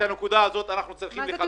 את הנקודה הזאת אנחנו צריכים לחדד.